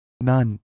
none